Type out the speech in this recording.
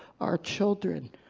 our children,